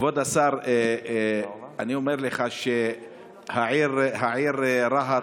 כבוד השר, אני אומר לך שהעיר רהט,